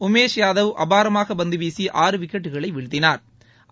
உமேஷ் யாதவ் அபாரமாக பந்துவீசி ஆறு விக்கெட்களை வீழ்த்தினாா்